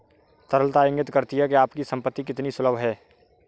तरलता इंगित करती है कि आपकी संपत्ति कितनी सुलभ है